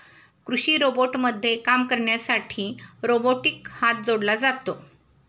कृषी रोबोटमध्ये काम करण्यासाठी रोबोटिक हात जोडला जातो